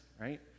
right